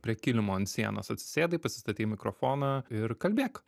prie kilimo ant sienos atsisėdai pasistatei mikrofoną ir kalbėk